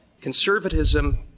conservatism